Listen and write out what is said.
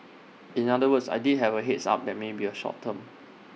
in other words I did have A heads up that may be A short term